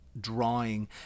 drawing